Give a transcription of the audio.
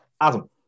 Adam